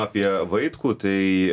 apie vaitkų tai